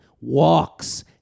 walks